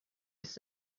said